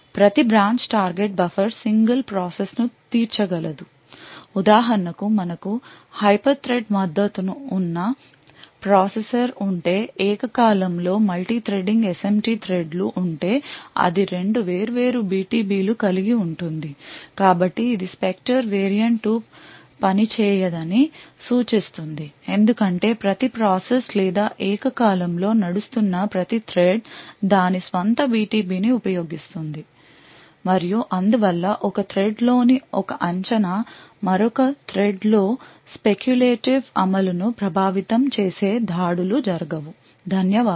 ప్రతి branch target buffer single ప్రాసెస్ను తీర్చగలదు ఉదాహరణకు మనకు హైపర్థ్రెడ్ మద్దతు ఉన్న ప్రాసెసర్ ఉంటే ఏకకాలంలో మల్టీథ్రెడింగ్ SMT థ్రెడ్లు ఉంటే అది రెండు వేర్వేరు BTB లు కలిగి ఉంటుంది కాబట్టి ఇది స్పెక్టర్ వేరియంట్ 2 పనిచేయదని సూచిస్తుంది ఎందుకంటే ప్రతి ప్రాసెస్ లేదా ఏకకాలంలో నడుస్తున్న ప్రతి థ్రెడ్ దాని స్వంత BTB ని ఉపయోగిస్తుంది మరియు అందువల్ల ఒక థ్రెడ్ లోని ఒక అంచనా మరొక థ్రెడ్లోస్పెక్యులేటివ్ అమలు ను ప్రభావితం చేసే దాడులు జరగవు ధన్యవాదాలు